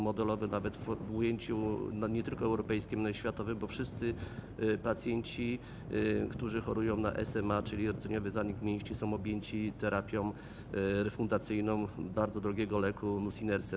Modelowy nawet w ujęciu nie tylko europejskim, ale i światowym, bo wszyscy pacjenci, którzy chorują na SMA, czyli rdzeniowy zanik mięśni, są objęci terapią refundacyjną bardzo drogiego leku nusinersen.